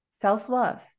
Self-love